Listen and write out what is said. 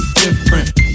different